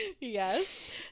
Yes